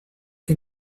que